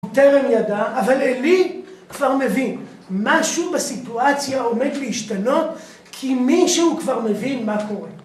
טרם ידע אבל עלי כבר מבין משהו בסיטואציה עומד להשתנות כי מישהו כבר מבין מה קורה